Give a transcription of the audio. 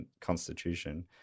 Constitution